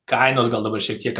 kainos gal dabar šiek tiek